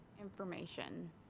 information